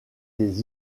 des